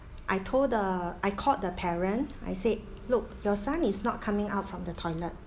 I told the I called the parent I said look your son is not coming out from the toilet